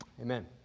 Amen